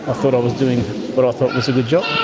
ah thought i was doing what i thought was a good job.